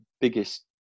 biggest